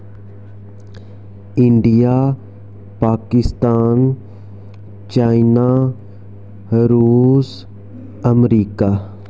India Pakistan China Russia America